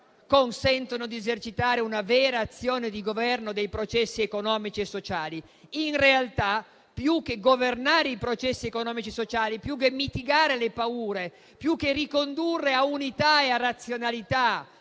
consentono di esercitare una vera azione di governo dei processi economici e sociali. In realtà, più che governare i processi economici e sociali, più che mitigare le paure, più che ricondurre a unità e a razionalità